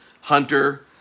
Hunter